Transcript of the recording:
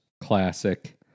classic